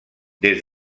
des